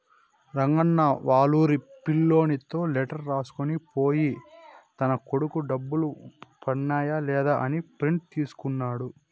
రంగన్న వాళ్లూరి పిల్లోనితో లెటర్ రాసుకొని పోయి తన కొడుకు డబ్బులు పన్నాయ లేదా అని ప్రింట్ తీసుకున్నాడు